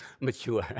Mature